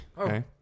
Okay